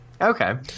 Okay